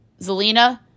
Zelina